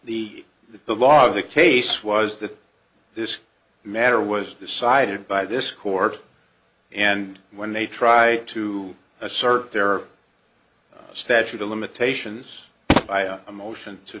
the the law of the case was that this matter was decided by this court and when they try to assert their statute of limitations a motion to